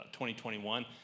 2021